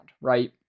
right